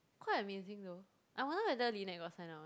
quite amazing though I wonder whether Lynette got sign up or not